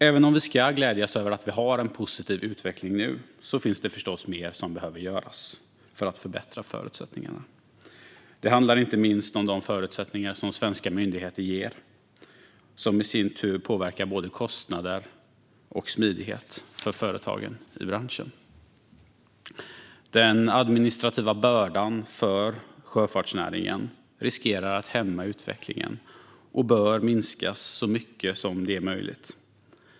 Även om vi ska glädjas över att vi har en positiv utveckling nu finns det förstås mer som behöver göras för att förbättra förutsättningarna. Det handlar inte minst om de förutsättningar som svenska myndigheter ger, som i sin tur påverkar både kostnader och smidighet för företagen i branschen. Den administrativa bördan för sjöfartsnäringen riskerar att hämma utvecklingen och bör minskas så mycket som möjligt.